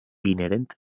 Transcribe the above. inherent